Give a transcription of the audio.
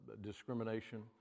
discrimination